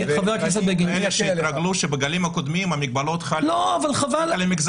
אני חושב שאלה שהתרגלו שבגלים הקודמים המגבלות חלו רק על המגזר